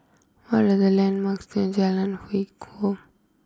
what are the landmarks near Jalan Hwi Koh